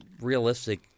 realistic